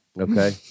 Okay